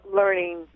learning